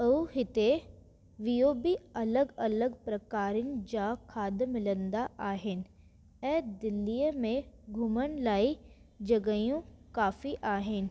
ऐं हिते ॿियो बि अलॻि अलॻि प्रकारनि जा खाधा मिलंदा आहिनि ऐं दिल्लीअ में घुमण लाइ जॻहियूं काफ़ी आहिनि